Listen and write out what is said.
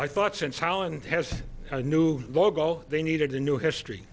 i thought since holland has a new logo they needed a new history